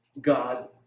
God